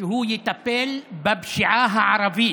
שהוא יטפל בפשיעה הערבית.